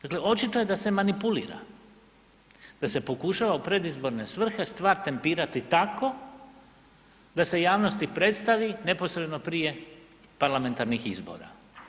Dakle, očito je da se manipulira, da se pokušava u predizborne svrhe stvar tempirati tako da se javnosti predstavi neposredno prije parlamentarnih izbora.